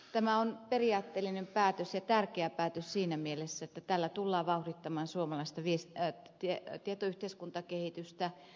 tämä on periaatteellinen päätös ja tärkeä päätös siinä mielessä että tällä tullaan vauhdittamaan suomalaista tietoyhteiskuntakehitystä